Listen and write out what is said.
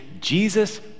Jesus